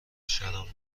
شراب